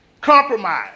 compromise